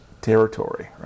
territory